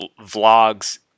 vlogs